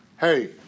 hey